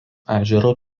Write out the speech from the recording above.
ežero